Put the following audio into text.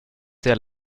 sehr